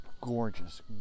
Gorgeous